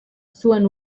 zuen